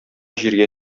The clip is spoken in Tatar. җиргә